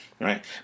right